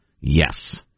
Yes